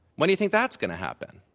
when do you think that's going to happen?